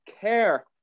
care